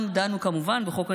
גם דנו, כמובן, בחוק הנבצרות,